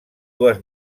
dues